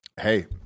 hey